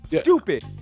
stupid